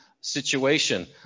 situation